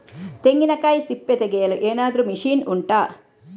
ತೆಂಗಿನಕಾಯಿ ಸಿಪ್ಪೆ ತೆಗೆಯಲು ಏನಾದ್ರೂ ಮಷೀನ್ ಉಂಟಾ